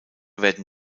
werden